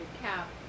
cap